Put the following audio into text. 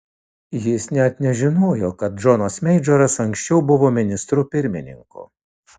jis net nežinojo kad džonas meidžoras anksčiau buvo ministru pirmininku